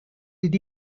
did